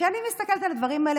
וכשאני מסתכלת על הדברים האלה,